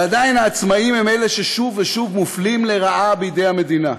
ועדיין העצמאים הם אלה ששוב ושוב מופלים לרעה בידי המדינה,